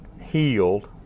healed